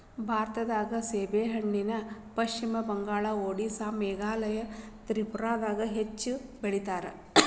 ಭಾರತದಾಗ ಸೆಣಬನ ಪಶ್ಚಿಮ ಬಂಗಾಳ, ಓಡಿಸ್ಸಾ ಮೇಘಾಲಯ ತ್ರಿಪುರಾದಾಗ ಹೆಚ್ಚ ಬೆಳಿತಾರ